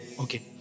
Okay